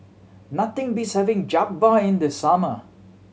nothing beats having Jokbal in the summer